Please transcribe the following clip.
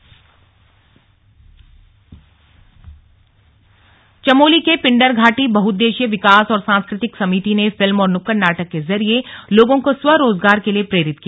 slug Chamoli योजना चमोली के पिंडर घाटी बहुउद्देशीय विकास और सांस्कृतिक समिति ने फिल्म और नुक्कड़ नाटक के जरिये लोगों को स्व रोजगार के लिए प्रेरित किया